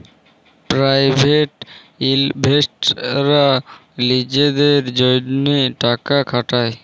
private ইলভেস্টাররা লিজেদের জ্যনহে টাকা খাটায়